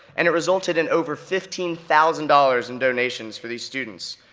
and it resulted in over fifteen thousand dollars in donations for these students,